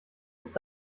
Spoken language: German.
ist